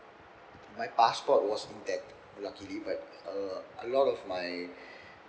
my passport was in that luckily but uh a lot of my